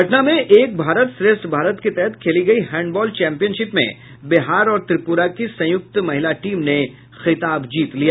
पटना में एक भारत श्रेष्ठ भारत के तहत खेली गयी हैंडबॉल चैंपियनशिप में बिहार और त्रिपुरा की संयुक्त महिला टीम ने खिताब जीत लिया